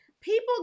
people